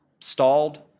stalled